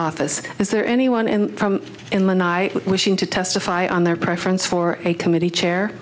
office is there anyone in in the night with wishing to testify on their preference for a committee chair